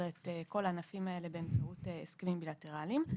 את כל הענפים האלה באמצעות הסכמים בילטרליים.